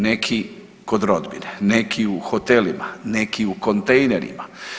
Neki kod rodbine, neki u hotelima, neki u kontejnerima.